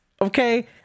Okay